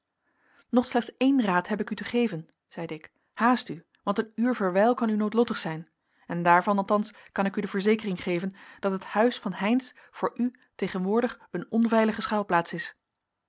nog slechts één raad neb ik u te geven zeide ik haast u want een uur verwijl kan u noodlottig zijn en daarvan althans kan ik u de verzekering geven dat het huis van heynsz voor u tegenwoordig een onveilige schuilplaats is